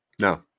No